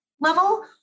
level